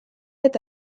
eta